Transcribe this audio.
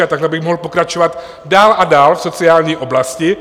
A takhle bych mohl pokračovat dál a dál v sociální oblasti.